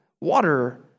water